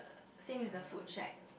same as the food shack